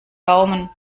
daumen